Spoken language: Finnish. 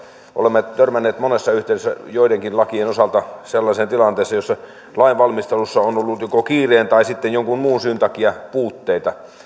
olemme törmänneet monessa yhteydessä joidenkin lakien osalta sellaiseen tilanteeseen jossa lainvalmistelussa on ollut joko kiireen tai sitten jonkun muun syyn takia puutteita